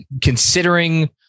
considering